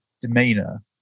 demeanor